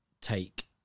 take